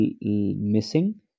missing